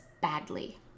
badly